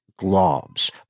globs